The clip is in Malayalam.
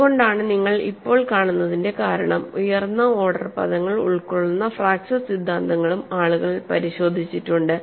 അതുകൊണ്ടാണ് നിങ്ങൾ ഇപ്പോൾ കാണുന്നതിന്റെ കാരണം ഉയർന്ന ഓർഡർ പദങ്ങൾ ഉൾക്കൊള്ളുന്ന ഫ്രാക്ച്ചർ സിദ്ധാന്തങ്ങളും ആളുകൾ പരിശോധിച്ചിട്ടുണ്ട്